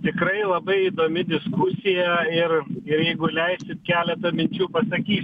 tikrai labai įdomi diskusija ir ir jeigu leisit keletą minčių pasakys